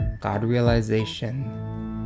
God-realization